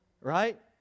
right